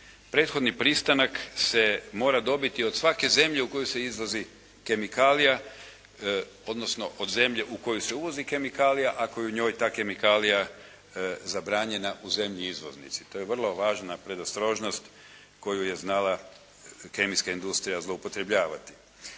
Prethodni pristanak se mora dobiti od svake zemlje u koju se izvozi kemikalija, odnosno od zemlje u koju se uvozi kemikalija, a koju njoj ta kemikalija zabranjena u zemlji izvoznici. To je vrlo važna predostrožnost koju je znala kemijska industrija zloupotrebljavati.